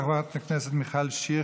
תודה רבה לחברת הכנסת מיכל שיר.